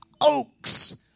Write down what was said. oaks